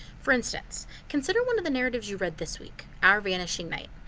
for instance consider one of the narratives you read this week, our vanishing night.